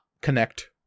connect